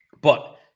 but-